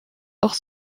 auch